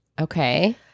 Okay